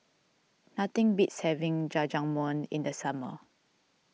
nothing beats having Jajangmyeon in the summer